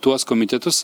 tuos komitetus